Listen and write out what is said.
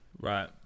right